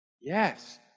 Yes